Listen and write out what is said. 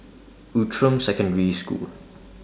Outram Secondary School